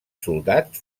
soldats